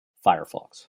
firefox